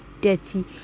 dirty